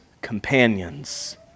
companions